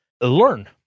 learn